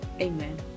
Amen